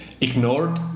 ignored